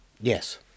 Yes